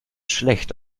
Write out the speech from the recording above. schlecht